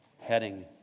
heading